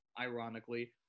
ironically